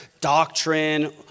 doctrine